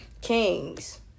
kings